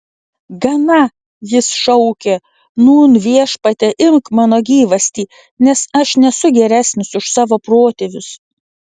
gana jis šaukė nūn viešpatie imk mano gyvastį nes aš nesu geresnis už savo protėvius